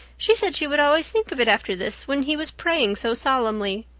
she said she would always think of it after this when he was praying so solemnly.